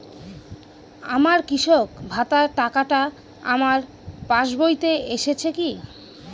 আমার কৃষক ভাতার টাকাটা আমার পাসবইতে এসেছে কি?